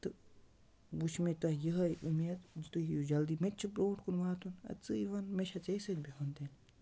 تہٕ وٕ چھُ مےٚ تۄہہِ یِہٕے اُمید زِ تُہۍ یِیِو جلدی مےٚ تہِ چھِ برونٛٹھ کُن واتُن اَدٕ ژٕے ووٚن مےٚ چھا ژے سۭتۍ بِہُن تیٚلہِ